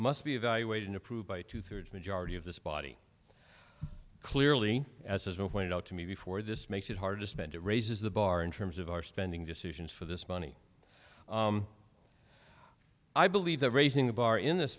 must be evaluated approved by two thirds majority of this body clearly as it went out to me before this makes it hard to spend it raises the bar in terms of our spending decisions for this money i believe that raising the bar in this